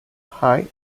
high